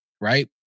right